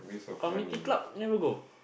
community club never go